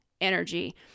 energy